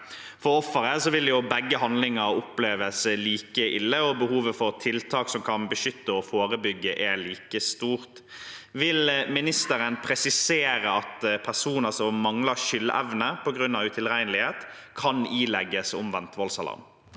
For offeret vil begge handlinger oppleves like ille, og behovet for tiltak som kan beskytte og forebygge, er like stort. Vil ministeren presisere at personer som mangler skyldevne på grunn av utilregnelighet, kan ilegges omvendt voldsalarm?